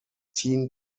teen